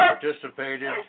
participated